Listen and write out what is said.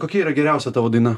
kokia yra tavo daina